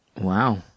Wow